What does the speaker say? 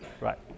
right